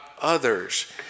others